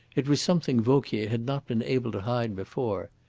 it was something vauquier had not been able to hide before.